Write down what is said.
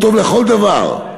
הוא טוב לכל דבר.